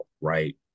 right